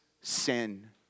sin